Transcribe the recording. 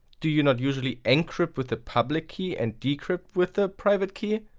do you not usually encrypted with the public key and decrypt with the private key?